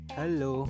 Hello